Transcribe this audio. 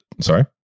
Sorry